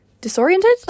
disoriented